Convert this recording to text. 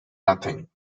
nothing